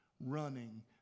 running